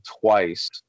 twice